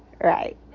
right